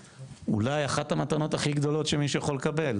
אולי אחת המתנות הכי גדולות שמישהו יכול לקבל,